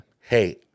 Hey